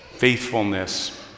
faithfulness